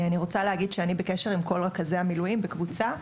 אני רוצה להגיד שאני בקשר עם כל רכזי המילואים בקבוצה.